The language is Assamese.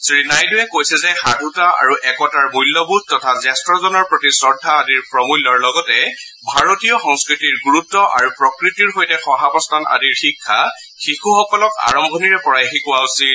শ্ৰীনাইডুৱে কৈছে যে সাধুতা আৰু একতাৰ মূল্যবোধ তথা জ্যেষ্ঠজনৰ প্ৰতি শ্ৰদ্ধা আদিৰ প্ৰমূল্যৰ লগতে ভাৰতীয় সংস্থতিৰ গুৰুত্ব আৰু প্ৰকৃতিৰ সৈতে সহাৱস্থান আদিৰ শিক্ষা শিশুসকলক আৰম্ভণিৰে পৰাই শিকোৱা উচিত